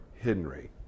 Henry